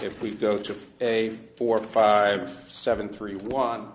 if we go to a four five seven three one